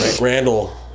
randall